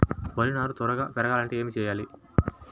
వరి నారు త్వరగా పెరగాలంటే ఏమి చెయ్యాలి?